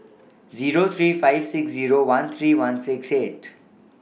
Zero three five six Zero one three one six eight